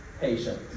patient